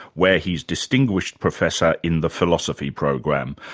where he's distinguished professor in the philosophy program.